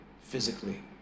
physically